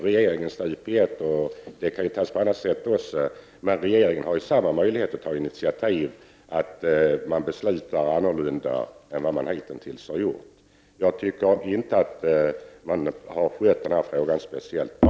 Regeringen gör ju det stup i ett. Regeringen har möjligheter att ta initiativ för att fatta andra beslut än vad som hittills har fattats. Jag tycker inte att denna fråga har skötts speciellt bra.